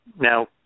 Now